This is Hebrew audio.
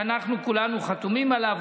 שאנחנו כולנו חתומים עליו,